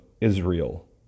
Israel